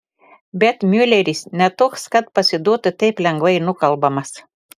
bet miuleris ne toks kad pasiduotų taip lengvai nukalbamas